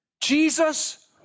Jesus